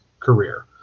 career